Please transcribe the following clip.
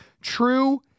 True